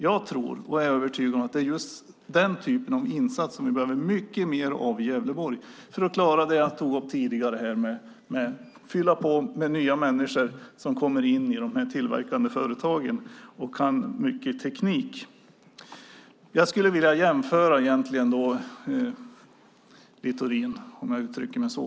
Jag är övertygad om att det är just den typen av insatser som vi behöver mycket mer av i Gävleborg för att klara det jag tog upp tidigare, det vill säga att fylla på med nya människor som kommer in i de tillverkande företagen och kan mycket teknik. Om jag får uttrycka mig så, Littorin, skulle jag vilja göra en jämförelse.